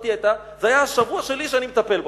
שבתי היתה, זה היה השבוע שלי שאני מטפל בו.